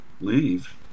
leave